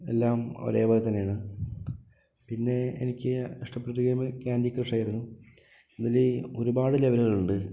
എല്ലാം ഒരേപോലെ തന്നെയാണ് പിന്നെ എനിക്ക് ഇഷ്ടപ്പെട്ട ഗെയിമ് കാൻഡി ക്രഷായിരുന്നു ഇതില് ഒരുപാട് ലെവലുകളുണ്ട്